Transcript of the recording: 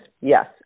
Yes